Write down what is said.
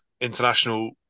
international